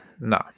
No